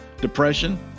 depression